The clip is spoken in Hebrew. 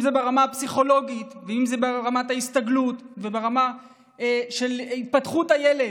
אם זה ברמה הפסיכולוגית ואם זה ברמת ההסתגלות וברמה של התפתחות הילד.